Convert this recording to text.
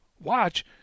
watch